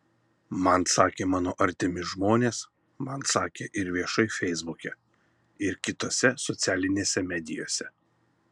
man sakė mano artimi žmonės man sakė ir viešai feisbuke ir kitose socialinėse medijose